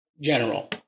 general